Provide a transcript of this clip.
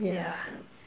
yeah